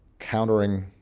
countering